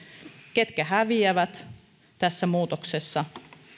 ketkä häviävät tässä muutoksessa